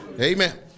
Amen